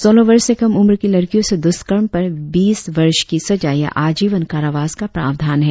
सोलह वर्ष से कम उम्र की लड़कियों से दुषकर्म पर बीस वर्ष की सजा या आजीवन कारावास का प्रावधान है